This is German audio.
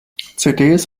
cds